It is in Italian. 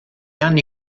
anni